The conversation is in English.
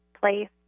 place